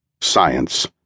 science